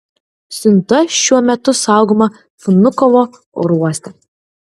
siunta šiuo metu saugoma vnukovo oro uoste